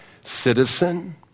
citizen